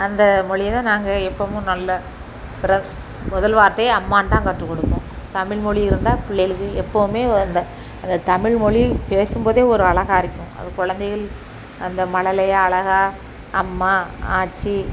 அந்த மொழிய தான் நாங்கள் எப்போவும் நல்ல ரஸ் முதல் வார்த்தையே அம்மானு தான் கற்றுக் கொடுப்போம் தமிழ்மொழி இருந்தால் பிள்ளையளுக்கு எப்போவுமே அந்த அந்த தமிழ் மொழி பேசும்போதே ஒரு அழகா இருக்கும் அந்த கொழந்தைங்கள் அந்த மழலையா அழகா அம்மா ஆச்சி